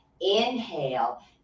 Inhale